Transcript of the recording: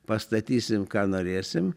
pastatysim ką norėsim